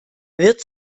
wird